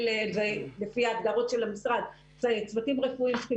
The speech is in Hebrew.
שלפי ההגדרות של המשרד צוותים רפואיים צריכים